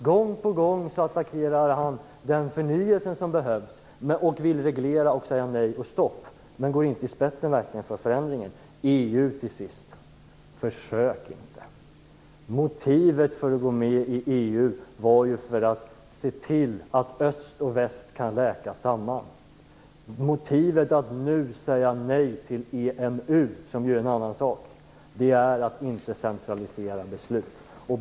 Gång på gång attackerar han i stället den förnyelse som behövs och vill reglera och säga nej och stopp, utan att verkligen gå i spetsen för denna förändring. Till sist några ord om EU. Försök inte! Motivet för att gå med i EU var ju att se till att öst och väst kan läka samman. Motivet för att nu säga nej till EMU, som ju är en annan sak, är att beslut inte skall centraliseras.